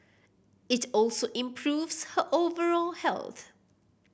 it also improves her overall health